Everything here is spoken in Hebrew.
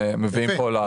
ומביאים פה --- יפה,